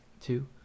two